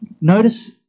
Notice